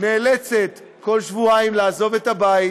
נאלצת כל שבועיים לעזוב את הבית